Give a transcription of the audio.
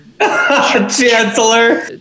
Chancellor